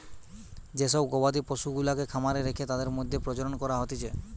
যে সব গবাদি পশুগুলাকে খামারে রেখে তাদের মধ্যে প্রজনন করা হতিছে